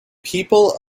people